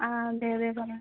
ആ അതെ അതെ പറ